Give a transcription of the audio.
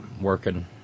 working